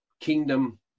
kingdom